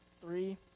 three